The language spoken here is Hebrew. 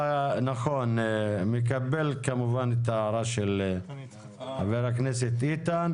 נכון, מקבל כמובן את ההערה של חבר הכנסת גינזבורג.